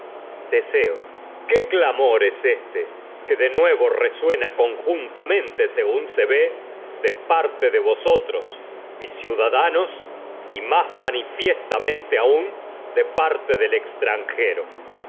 teseo qué clamor éste que de nuevo resuena conjuntamente según se ve de ciudadanos y parte de vosotros mis parte más manifiestamente aún de del extranjero